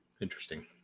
Interesting